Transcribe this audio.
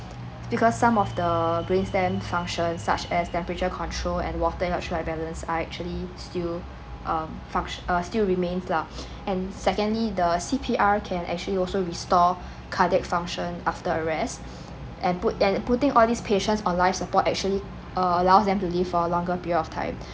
because some of the brain stem function such as temperature control and water electrolyte balance are actually still um funct~ uh still remains lah and secondly the C_P_R can actually also restore cardiac function after arrest and put putting all these patients on life support actually err allow them to live for a longer period of time